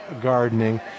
Gardening